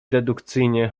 dedukcyjnie